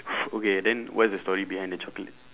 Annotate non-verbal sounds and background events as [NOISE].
[NOISE] okay then what is the story behind the chocolate